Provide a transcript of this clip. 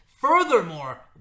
Furthermore